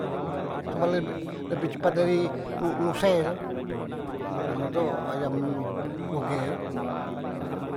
Cuman leb- lebeh cepat dari ru ruse tu, anu tu ayam bruge tu nah.